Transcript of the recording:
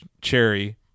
Cherry